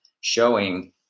showing